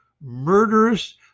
murderous